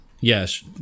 yes